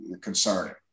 concerning